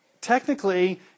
technically